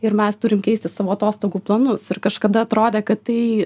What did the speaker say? ir mes turim keisti savo atostogų planus ir kažkada atrodė kad tai